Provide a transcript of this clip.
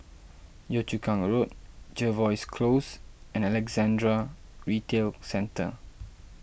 Yio Chu Kang Road Jervois Close and Alexandra Retail Centre